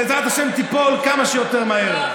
בעזרת השם תיפול כמה שיותר מהר.